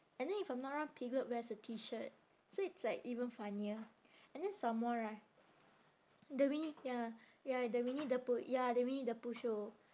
and then if I'm not wrong piglet wears a T shirt so it's like even funnier and then some more right the winnie ya ya the winnie the pooh ya the winnie the pooh show